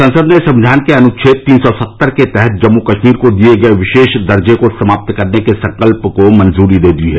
संसद ने संविधान के अनुच्छेद तीन सौ सत्तर के तहत जम्मू कश्मीर को दिए गए विशेष दर्जे को समाप्त करने के संकल्प को मंजूरी दे दी है